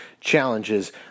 challenges